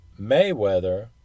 Mayweather